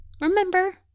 remember